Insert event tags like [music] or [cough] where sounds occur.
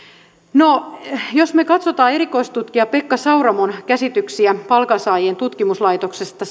no jos me katsomme erikoistutkija pekka sauramon käsityksiä palkansaajien tutkimuslaitoksesta [unintelligible]